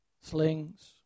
slings